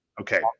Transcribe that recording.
Okay